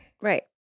Right